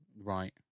Right